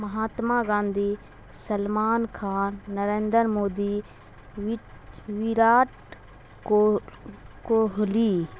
مہاتما گاندھی سلمان کان نرندر مودی و ووراٹ کو کوہلی